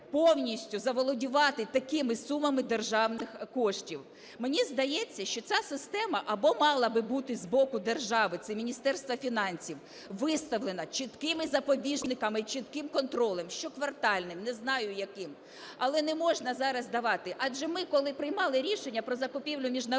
повністю заволодівати такими сумами державних коштів. Мені здається, що ця система або мала би бути з боку держави - це Міністерства фінансів, - виставлена чіткими запобіжниками, чітким контролем, щоквартальним, не знаю яким, але не можна зараз давати. Адже ми, коли приймали рішення про закупівлю міжнародними…